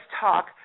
talk